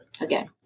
again